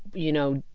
you know,